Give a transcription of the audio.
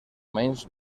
menys